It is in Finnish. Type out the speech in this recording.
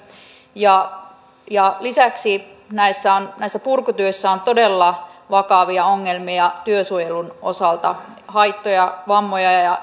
ja ja lisäksi näissä purkutöissä on todella vakavia ongelmia työsuojelun osalta haittoja vammoja ja ja